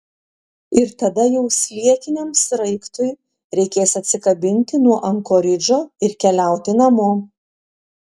ir tada jau sliekiniam sraigtui reikės atsikabinti nuo ankoridžo ir keliauti namo